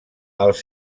els